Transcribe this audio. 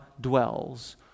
dwells